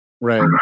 Right